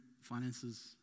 finances